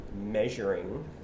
measuring